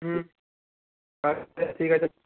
হুম আচ্ছা ঠিক আছে